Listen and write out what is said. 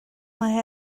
mae